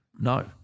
no